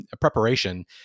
preparation